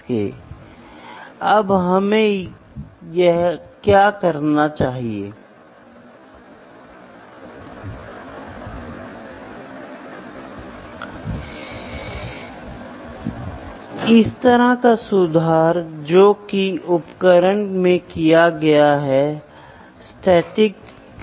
तो यहाँ यह इनडायरेक्ट मेजरमेंट है कई बार हम इनडायरेक्ट मेजरमेंट का उपयोग करते हैं और कई बार हम डायरेक्ट मेजरमेंट का उपयोग करते हैं